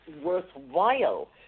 worthwhile